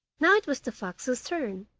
now it was the fox's turn,